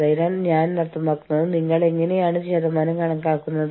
നിങ്ങളുടെ നടപടിക്രമങ്ങൾ നിങ്ങൾ എങ്ങനെയാണ് ഓഡിറ്റ് ചെയ്യുന്നത്